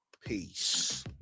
Peace